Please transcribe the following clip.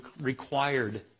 required